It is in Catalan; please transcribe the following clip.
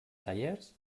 tallers